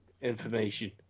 information